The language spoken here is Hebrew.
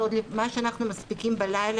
מה שאנחנו מספיקים בלילה.